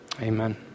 amen